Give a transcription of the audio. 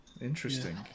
Interesting